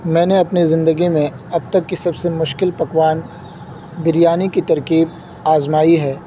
میں نے اپنے زندگی میں اب تک کی سب سے مشکل پکوان بریانی کی ترکیب آزمائی ہے